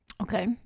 Okay